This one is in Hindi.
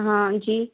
हाँ जी